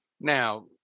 Now